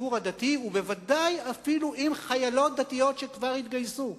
הציבור הדתי ובוודאי עם חיילות דתיות שכבר התגייסו.